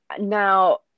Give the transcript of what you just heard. Now